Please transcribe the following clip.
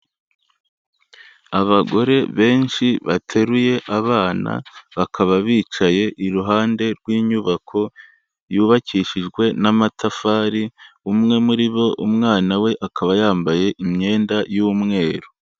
Abagore benshi bateruye abana, bakaba bicaye iruhande rw'inyubako yubakishijwe n'amatafari, umwe muri bo umwana we akaba yambaye imyenda y'umweru.